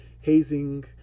hazing